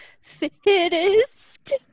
fittest